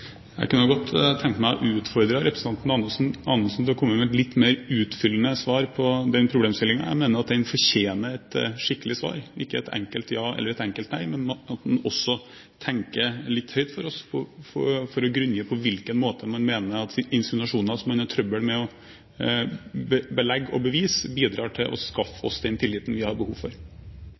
Jeg kunne godt tenkt meg å utfordre representanten Anundsen til å komme med et litt mer utfyllende svar på den problemstillingen. Jeg mener at den fortjener et skikkelig svar, ikke et enkelt ja eller et enkelt nei, men at han også tenker litt høyt for oss for å grunngi på hvilken måte man mener at insinuasjoner som man har trøbbel med å belegge og bevise, bidrar til å skaffe oss den tilliten vi har behov for.